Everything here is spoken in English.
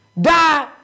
Die